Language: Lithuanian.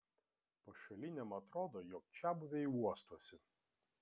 pašaliniam atrodo jog čiabuviai uostosi